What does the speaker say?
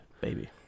baby